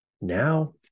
now